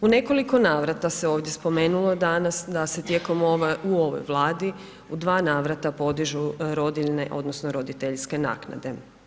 U nekoliko navrata se ovdje spomenulo danas da se tijekom ove, u ovoj Vladi u 2 navrata podižu rodiljne, odnosno roditeljske naknade.